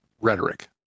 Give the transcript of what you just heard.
rhetoric